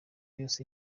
yose